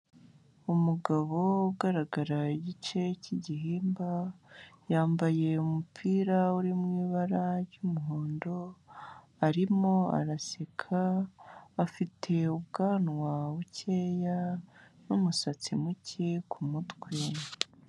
Umugabo ugaragara igice cy'igihimba, yambaye umupira uri mu ibara ry'umuhondo, arimo araseka, afite ubwanwa bukeya n'umusatsi muke ku mutwe.